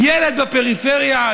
ילד בפריפריה,